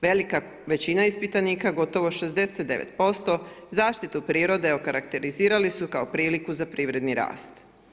Velika većina ispitanika gotovo 69% zaštitu prirode okarakterizirali su kao priliku za privredni rast.